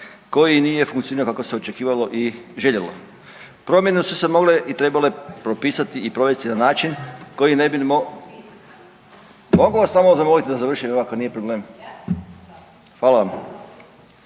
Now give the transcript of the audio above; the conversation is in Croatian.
koji nije funkcionirao kako se očekivalo i željelo. Promjene su se mogle i trebale propisati na način koji ne bi … Mogu vas samo zamoliti da završim ako nije problem, hvala vam.